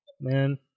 Man